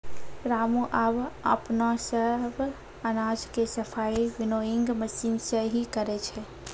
रामू आबॅ अपनो सब अनाज के सफाई विनोइंग मशीन सॅ हीं करै छै